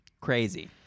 Crazy